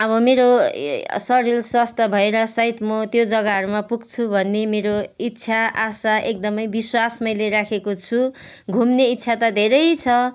अब मेरो शरीर स्वस्थ भएर सायद म त्यो जग्गाहरूमा पुग्छु भन्ने मेरो इच्छा आशा एकदमै विश्वास मैले राखेको छु घुम्ने इच्छा त धेरै छ